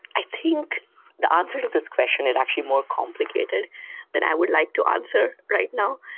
i think the answer to this question is actually more complicated than i would like to answer right now.